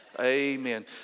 Amen